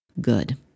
good